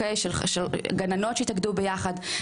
גננות שהתאגדו ביחד.